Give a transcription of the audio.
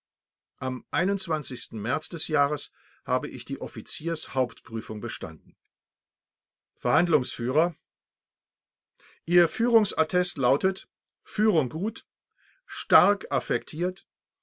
am märz d j habe ich die offiziers hauptprüfung bestanden verhandlungsführer ihr führungsattest lautet führung gut stark affektiert